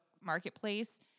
Marketplace